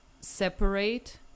separate